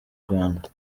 rwanda